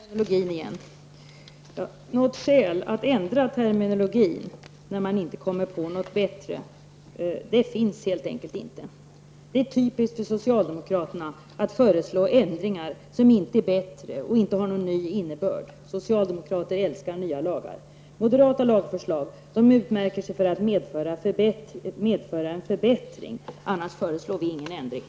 Fru talman! Det gäller terminologin igen. Något skäl att ändra terminologin när man inte kommer på något bättre ord finns helt enkelt inte. Det är typiskt för socialdemokraterna att föreslå ändringar, som inte medför någon förbättring och inte ger reglerna någon ny innebörd. Socialdemokrater älskar nya lagar. Moderaternas lagförslag utmärker sig för att de medför förbättringar -- annars föreslår vi inga ändringar.